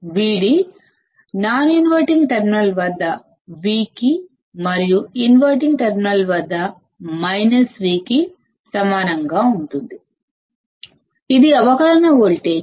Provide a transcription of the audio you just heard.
Vdనాన్ inverting terminal వద్ద V కి మరియు ఇన్వర్టింగ్ టెర్మినల్ వద్ద V కి సమానంగా ఉంటుంది ఇది అవకలన వోల్టేజ్